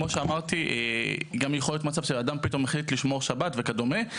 גם יכול להיות מצב שאדם החליט פתאום לשמור שבת וכדומה.